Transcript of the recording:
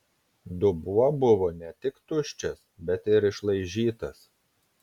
dubuo buvo ne tik tuščias bet ir išlaižytas